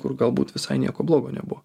kur galbūt visai nieko blogo nebuvo